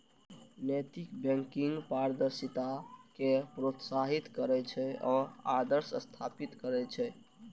नैतिक बैंकिंग पारदर्शिता कें प्रोत्साहित करै छै आ आदर्श स्थापित करै छै